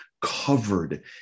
covered